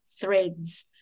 Threads